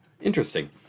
interesting